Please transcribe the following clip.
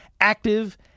active